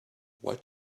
what